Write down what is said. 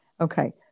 Okay